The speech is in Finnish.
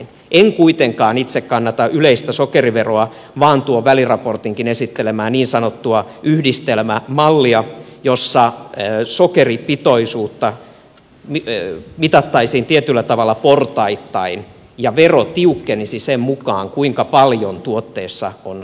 en kuitenkaan itse kannata yleistä sokeriveroa vaan tuon väliraportinkin esittelemää niin sanottua yhdistelmämallia jossa sokeripitoisuutta mitattaisiin tietyllä tavalla portaittain ja vero tiukkenisi sen mukaan kuinka paljon tuotteessa on sokeria